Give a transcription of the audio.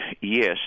yes